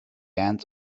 end